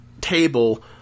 table